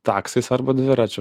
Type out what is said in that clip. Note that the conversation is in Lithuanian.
taksais arba dviračiu